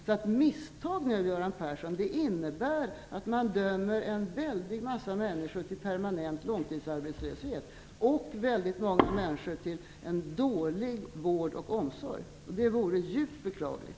Misstag som görs nu, Göran Persson, innebär därför att man dömer en väldig massa människor till permanent långtidsarbetslöshet och att man dömer väldigt många människor till en dålig vård och omsorg. Och det vore djupt beklagligt.